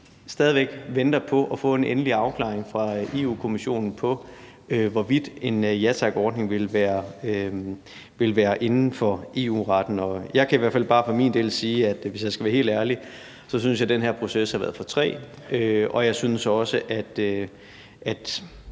stadig væk venter på at få en endelig afklaring fra Europa-Kommissionen af, hvorvidt en ja tak-ordning vil være inden for EU-retten. Jeg kan i hvert fald bare for min del sige, at hvis jeg skal være helt ærlig, synes jeg, den her proces har været for træg, og jeg synes ganske